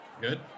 Good